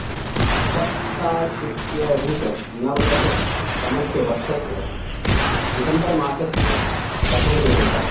सप्ताशीत्यधिकनवदशतमस्य वर्षस्य दिसम्बर् मासस्य प्रथमदिनाङ्कः